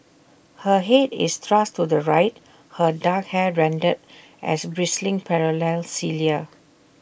her Head is thrust to the right her dark hair rendered as bristling parallel cilia